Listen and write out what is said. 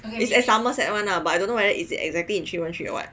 is at Somerset [one] lah but I don't know whether is it exactly in three one three or what